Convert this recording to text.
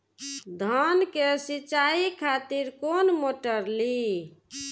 धान के सीचाई खातिर कोन मोटर ली?